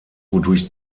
wodurch